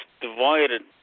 divided